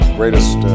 greatest